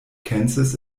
kansas